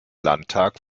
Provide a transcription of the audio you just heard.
landtag